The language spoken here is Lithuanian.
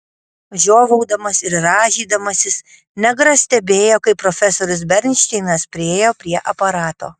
žiovaudamas ir rąžydamasis negras stebėjo kaip profesorius bernšteinas priėjo prie aparato